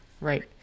Right